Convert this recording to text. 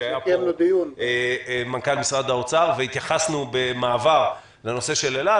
כשהיה פה מנכ"ל משרד האוצר והתייחסנו לנושא של אל-על,